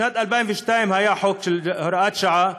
בשנת 2002 הייתה הוראת שעה.